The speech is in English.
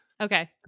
Okay